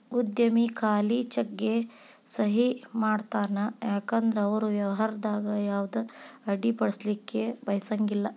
ಉದ್ಯಮಿ ಖಾಲಿ ಚೆಕ್ಗೆ ಸಹಿ ಮಾಡತಾನ ಯಾಕಂದ್ರ ಅವರು ವ್ಯವಹಾರದಾಗ ಯಾವುದ ಅಡ್ಡಿಪಡಿಸಲಿಕ್ಕೆ ಬಯಸಂಗಿಲ್ಲಾ